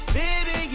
baby